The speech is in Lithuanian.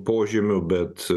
požymių bet